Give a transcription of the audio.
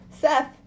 Seth